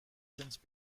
since